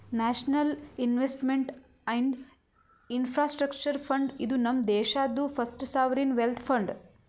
national investment and infrastructure fund, ಇದು ನಮ್ ದೇಶಾದು ಫಸ್ಟ್ ಸಾವರಿನ್ ವೆಲ್ತ್ ಫಂಡ್